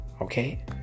Okay